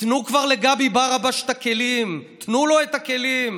תנו כבר לגבי ברבש את הכלים, תנו לו את הכלים.